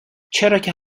چراکه